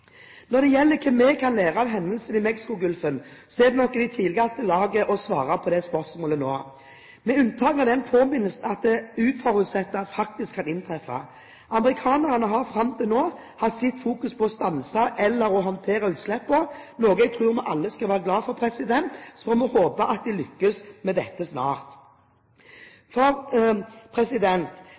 Når det gjelder hva vi kan lære av hendelsen i Mexicogolfen, er det nok i tidligste laget å svare på det spørsmålet nå, med unntak av den påminnelsen at det uforutsette faktisk kan inntreffe. Amerikanerne har fram til nå hatt sitt fokus på å stanse eller å håndtere utslippene, noe jeg tror vi alle skal være glade for. Så får vi håpe at de lykkes med dette snart. For